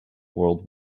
world